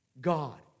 God